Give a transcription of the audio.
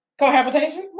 Cohabitation